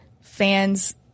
fans